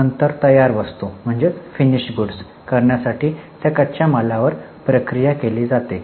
नंतर तयार वस्तू करण्यासाठी त्या कच्च्या मालावर प्रक्रिया केली जाते